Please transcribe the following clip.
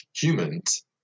humans